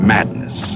Madness